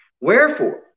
Wherefore